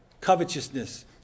covetousness